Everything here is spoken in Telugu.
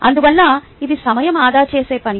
అందువల్ల ఇది సమయం ఆదా చేసే పని